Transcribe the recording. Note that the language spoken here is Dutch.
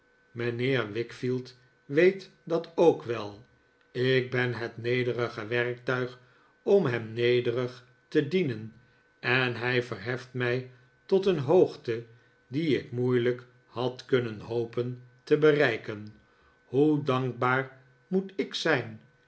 mijnheer wickfield weet dat ook wel ik ben het nederige werktuig om hem nederig te dienen en hij verheft mij tot een hoogte die ik moeilijk had kunnen lioden te bereiken hoe dankbaar moet ik zijn